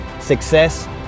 success